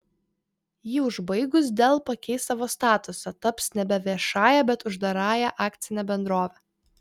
jį užbaigus dell pakeis savo statusą taps nebe viešąja bet uždarąja akcine bendrove